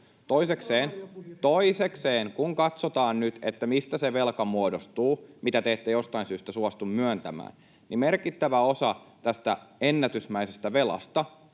Toisekseen kun katsotaan nyt, mistä se velka muodostuu, mitä te ette jostain syystä suostu myöntämään, niin merkittävä osa tästä ennätysmäisestä velasta